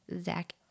zach